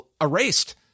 erased